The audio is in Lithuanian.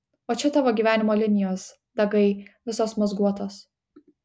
o čia tavo gyvenimo linijos dagai visos mazguotos